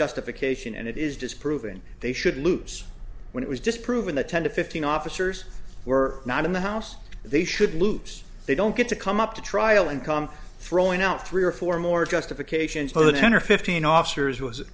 justification and it is disproving they should lose when it was just proven the ten to fifteen officers were not in the house they should lose they don't get to come up to trial and come throwing out three or four more justifications for the ten or fifteen officers was